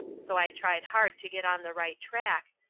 so i tried hard to get on the right track,